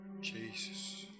Jesus